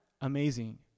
amazing